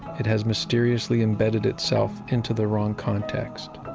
it has mysteriously embedded itself into the wrong context.